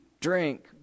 drink